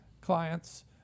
clients